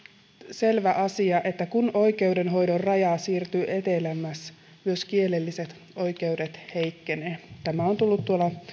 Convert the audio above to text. selvä asia että kun oikeudenhoidon raja siirtyy etelämmäs myös kielelliset oikeudet heikkenevät tämä on tullut